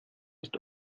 ist